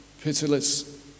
pitiless